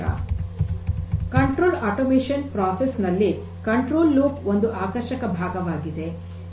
ನಿಯಂತ್ರಿತ ಯಾಂತ್ರೀಕೃತ ಪ್ರಕ್ರಿಯೆಯಲ್ಲಿ ನಿಯಂತ್ರಣ ಲೂಪ್ ಒಂದು ಆಕರ್ಷಕ ಭಾಗವಾಗಿದೆ